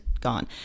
gone